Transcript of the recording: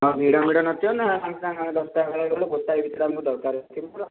ହଁ ଭିଡ଼ ମିଡ଼ ନ ଥିବ ନା ସାଙ୍ଗେ ସାଙ୍ଗେ ଆମେ ଦଶଟା ବେଳେ ଗଲେ ଗୋଟାଏ ଭିତରେ ଆମକୁ ଦରକାର